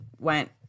went